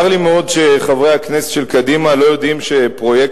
צר לי מאוד שחברי הכנסת של קדימה לא יודעים שפרויקטים